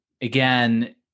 again